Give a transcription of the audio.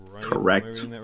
Correct